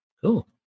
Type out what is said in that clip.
Cool